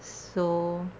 so